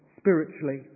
spiritually